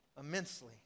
immensely